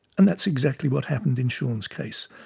and that's exactly what happened in shaun's case.